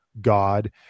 God